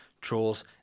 Trolls